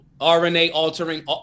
RNA-altering